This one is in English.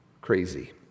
crazy